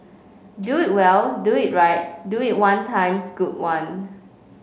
do it well do it right do it one times good one